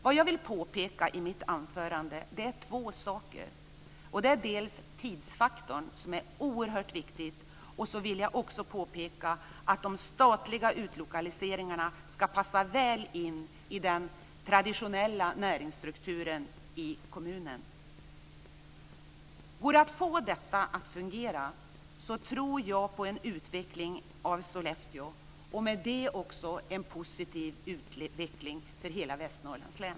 Vad jag vill påpeka i mitt anförande är två saker, dels tidsfaktorn, som är oerhört viktig, dels att de statliga utlokaliseringarna ska passa väl in i den traditionella näringsstrukturen i kommunen. Går det att få detta att fungera, tror jag på en utveckling av Sollefteå och med detta också en positiv utveckling för hela Västernorrlands län.